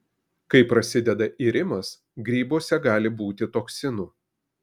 kai prasideda irimas grybuose gali būti toksinų